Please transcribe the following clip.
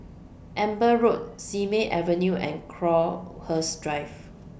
Amber Road Simei Avenue and Crowhurst Drive